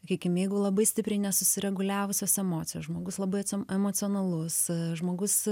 sakykim jeigu labai stipriai nesusireguliavusios emocijos žmogus labai emocionalus žmogus